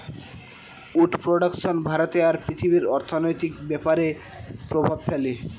would production ভারতে আর পৃথিবীর অর্থনৈতিক ব্যাপরে প্রভাব ফেলে